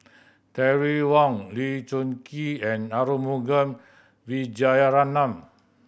Terry Wong Lee Choon Kee and Arumugam Vijiaratnam